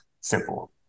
simple